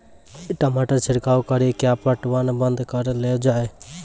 टमाटर छिड़काव कड़ी क्या पटवन बंद करऽ लो जाए?